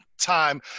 time